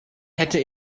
hätte